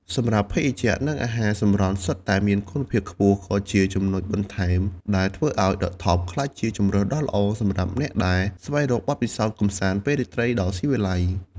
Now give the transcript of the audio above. សម្រាប់ភេសជ្ជៈនិងអាហារសម្រន់សុទ្ធតែមានគុណភាពខ្ពស់ ក៏ជាចំណុចបន្ថែមដែលធ្វើឱ្យ ឌឹ ថប់ ក្លាយជាជម្រើសដ៏ល្អសម្រាប់អ្នកដែលស្វែងរកបទពិសោធន៍កម្សាន្តពេលរាត្រីដ៏ស៊ីវិល័យ។